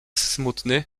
smutny